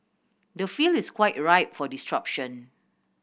the field is quite ripe for disruption